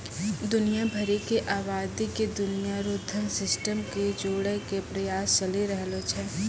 दुनिया भरी के आवादी के दुनिया रो धन सिस्टम से जोड़ेकै प्रयास चली रहलो छै